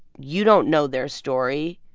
you don't know their story.